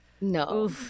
No